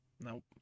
Nope